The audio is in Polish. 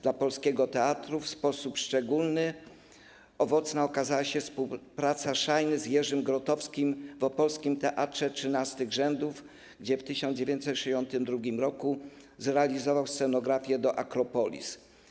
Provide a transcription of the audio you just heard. Dla polskiego teatru w sposób szczególny owocna okazała się współpraca Szajny z Jerzym Grotowskim w opolskim Teatrze 13 Rzędów, gdzie w 1962 r. zrealizował scenografię do ˝Akropolis˝